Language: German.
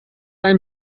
einen